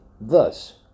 Thus